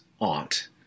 aunt